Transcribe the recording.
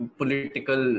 political